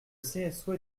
cso